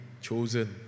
chosen